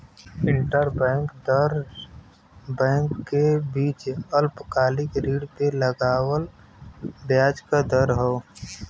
interbank दर bank के बीच अल्पकालिक ऋण पे लगावल ब्याज क दर हौ